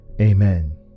Amen